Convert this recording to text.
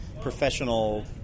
professional